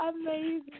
Amazing